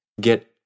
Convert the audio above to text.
get